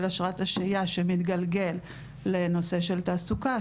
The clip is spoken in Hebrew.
של אשרת השהייה שמתגלגל לנושא של תעסוקה,